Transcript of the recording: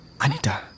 Anita